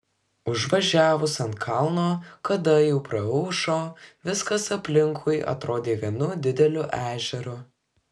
užvažiavus ant kalno kada jau praaušo viskas aplinkui atrodė vienu dideliu ežeru